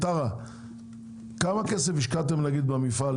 טרה, כמה כסף השקעתם במפעל